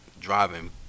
driving